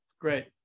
great